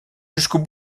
jusqu’au